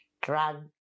drug